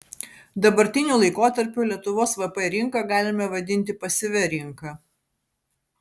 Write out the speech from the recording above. dabartiniu laikotarpiu lietuvos vp rinką galime vadinti pasyvia rinka